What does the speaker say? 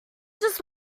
just